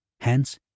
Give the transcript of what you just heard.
Hence